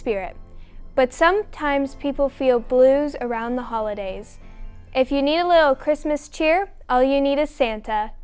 spirit but sometimes people feel blues around the holidays if you need a low christmas chair all you need a santa